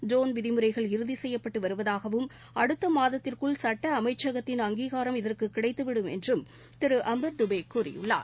drone விதிமுறைகள் இறுதி செய்யப்பட்டு வருவதாகவும் அடுத்த மாதத்திற்குள் சுட்ட அமைச்சகத்தின் அங்கீகாரம் இதற்கு கிடைத்து விடும் என்றும் திரு அம்பர் துபே கூறினார்